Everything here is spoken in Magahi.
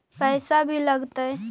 पैसा भी लगतय?